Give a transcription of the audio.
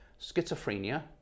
schizophrenia